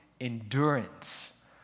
endurance